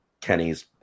Kenny's